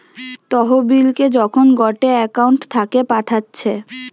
তহবিলকে যখন গটে একউন্ট থাকে পাঠাচ্ছে